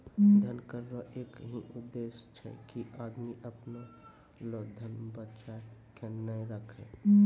धन कर रो एक ही उद्देस छै की आदमी अपना लो धन बचाय के नै राखै